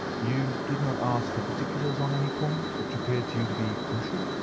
you did not ask for particulars on any point which appeared to you to be crucial?